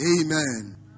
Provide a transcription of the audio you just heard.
Amen